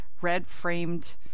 red-framed